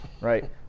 Right